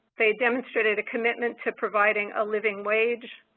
they demonstrated a commitment to providing a living wage,